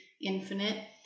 infinite